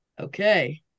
Okay